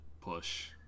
push